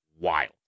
wild